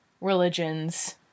religions